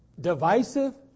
divisive